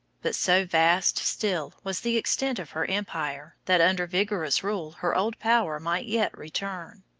but so vast still was the extent of her empire that under vigorous rule her old power might yet return.